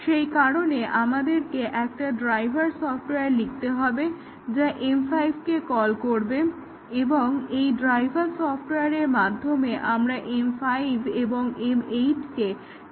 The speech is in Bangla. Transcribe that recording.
সেই কারণে আমাদেরকে একটা ড্রাইভার সফটওয়্যার লিখতে হবে যা M5 কে কল করবে এবং এই ড্রাইভার সফটওয়্যারের মাধ্যমে আমরা M5 এবং M8 কে টেস্ট করব